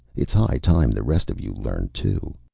it's high time the rest of you learned, too.